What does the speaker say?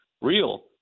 real